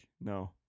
No